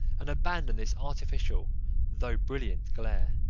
and abandon this artificial though brilliant glare.